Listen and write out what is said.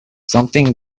something